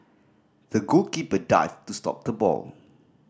the goalkeeper dived to stop the ball